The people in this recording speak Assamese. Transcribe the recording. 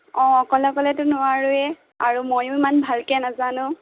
অঁ অকলে অকলেটো নোৱাৰোঁৱেই আৰু ময়ো ইমান ভালকে নাজানো